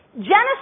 Genesis